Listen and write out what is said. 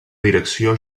direcció